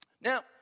now